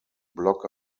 block